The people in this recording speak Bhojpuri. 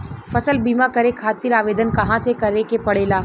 फसल बीमा करे खातिर आवेदन कहाँसे करे के पड़ेला?